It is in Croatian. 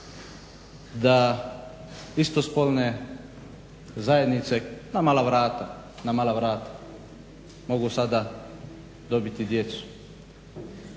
da istospolne zajednice na mala vrata mogu sada dobiti djecu,